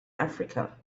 africa